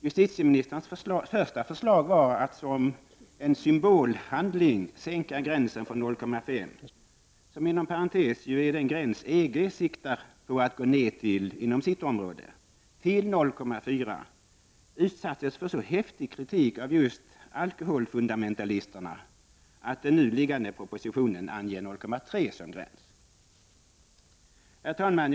Justitieministerns första förslag var att som en symbolhandling sänka gränsen från 0,5960, som inom parentes är den gräns EG siktar på att gå ned till inom sitt område, till 0,4960. Det förslaget utsattes för så häftig kritik av just alkoholfundamentalisterna att den nu föreliggande propositionen anger 0,3 Joo som gräns. Herr talman!